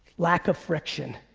lack of friction.